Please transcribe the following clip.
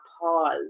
pause